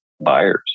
buyers